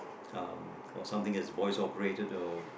um for something that is voice operated or